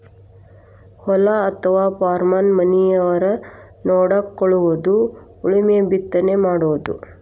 ಹೊಲಾ ಅಥವಾ ಪಾರ್ಮನ ಮನಿಯವರ ನೊಡಕೊಳುದು ಉಳುಮೆ ಬಿತ್ತನೆ ಮಾಡುದು